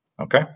okay